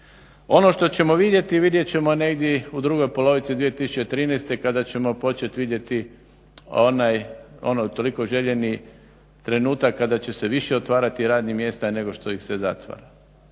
Ono što ćemo vidjeti, vidjet ćemo negdje u drugoj polovici 2013. kada ćemo početi vidjeti onaj toliko željeni trenutak kada će se više otvarati radnih mjesta nego što ih se zatvara.